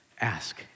Ask